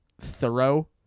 thorough